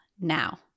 Now